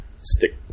Stick